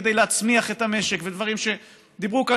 כדי להצמיח את המשק ודברים שדיברו כאן,